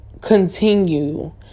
continue